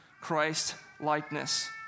Christ-likeness